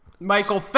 Michael